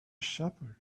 shepherd